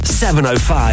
705